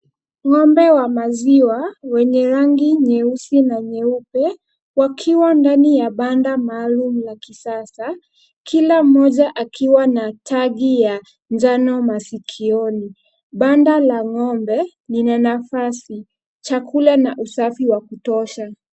Ng'ombe wa maziwa wenye rangi nyeusi na nyeupe ,wakiwa ndani ya banda maalumu la kisasa kila mmoja akiwa na taji ya njano masikioni, banda la ng'ombe lina nafasi ,chakula na usafi wa kutosha .